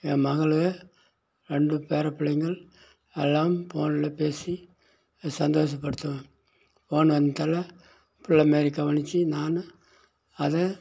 என் மகளை ரெண்டு பேர பிள்ளைங்கள் எல்லாம் போனில் பேசி சந்தோசப்படுத்துவேன் போன் வந்ததால் பிள்ளமாரி கவனிச்சு நான் அதை